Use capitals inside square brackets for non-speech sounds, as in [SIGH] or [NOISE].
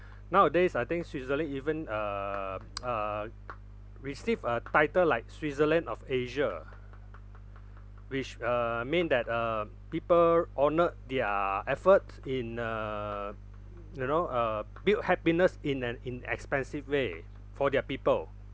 nowadays I think switzerland even uh [NOISE] uh received a title like switzerland of asia which uh mean that uh people honored their efforts in uh you know uh build happiness in an inexpensive way for their people